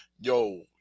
yo